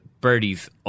birdies